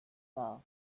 boss